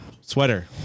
sweater